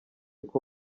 uko